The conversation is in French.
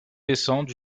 descente